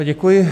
Děkuji.